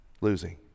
losing